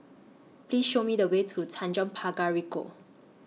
Please Show Me The Way to Tanjong Pagar Ricoh